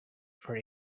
for